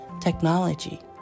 technology